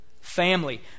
Family